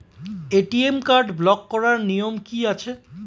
ATM card block করার নিয়ম কি আছে?